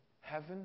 Heaven